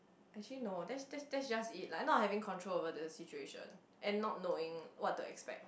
actually no that's that's that's just it like not having control over the situation and not knowing what to expect